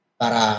para